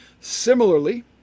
Similarly